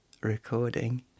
recording